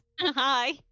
hi